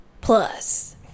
Plus